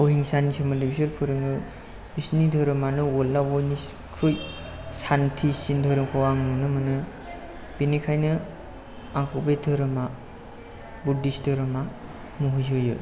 अहिंसानि सोमोन्दै बिसोर फोरोङो बिसिनि धोरोमानो वार्ल्डआव बयनिख्रुइ सान्थिसिन धोरोमखौ आं नुनो मोनो बिनिखायनो आंखौ बे धोरोमआ बुद्धिस धोरोमआ मुहिहोयो